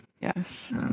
yes